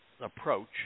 approach